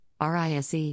RISE